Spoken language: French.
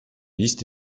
listes